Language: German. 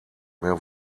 mehr